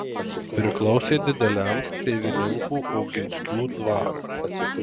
priklausė dideliam strėvininkų oginskių dvarui